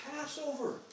Passover